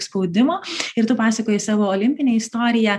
spaudimo ir tu pasakoji savo olimpinę istoriją